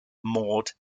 maude